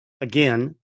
again